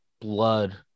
blood